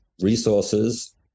resources